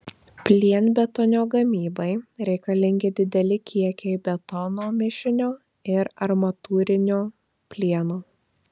plienbetonio gamybai reikalingi dideli kiekiai betono mišinio ir armatūrinio plieno